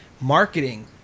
marketing